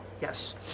Yes